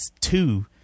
two